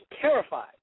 terrified